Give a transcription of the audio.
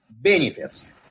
benefits